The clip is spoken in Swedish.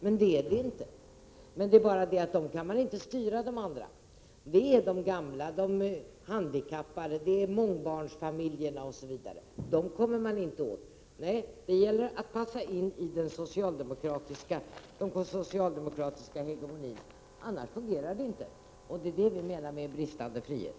Men så är det inte. Det är bara så att man inte kan styra de andra. De gamla, de handikappade, mångbarnsfamiljerna och andra kommer man inte åt. Nej, det gäller att passa in i den socialdemokratiska hegemonin, annars fungerar det inte. Det är bl.a. det vi menar är bristande frihet.